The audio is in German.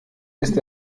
ist